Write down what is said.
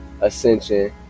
Ascension